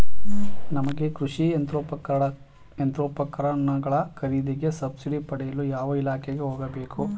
ನಮಗೆ ಕೃಷಿ ಯಂತ್ರೋಪಕರಣಗಳ ಖರೀದಿಗೆ ಸಬ್ಸಿಡಿ ಪಡೆಯಲು ಯಾವ ಇಲಾಖೆಗೆ ಹೋಗಬೇಕು?